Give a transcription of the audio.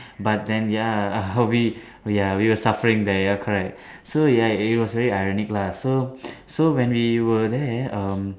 but then ya uh we ya we were suffering there ya correct so ya it was really ironic lah so so when we there um